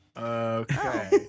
Okay